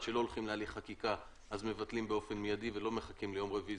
שלא הולכים להליך חקיקה אז מבטלים באופן מיידי ולא מחכים ליום רביעי.